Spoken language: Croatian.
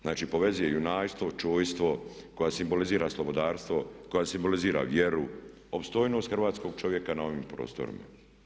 Znači ona povezuje junaštvo, čojstvo, koja simbolizira slobodarstvo, koja simbolizira vjeru, opstojnost hrvatskog čovjeka na ovim prostorima.